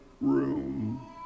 room